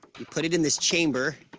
you put it in this chamber.